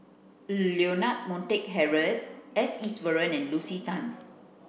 Leonard Montague Harrod S Iswaran and Lucy Tan